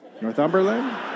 Northumberland